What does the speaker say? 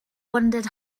wondered